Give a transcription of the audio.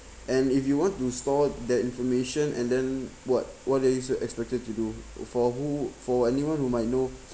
and if you want to store that information and then what what did you is you're expected to do for who for anyone who might know